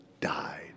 died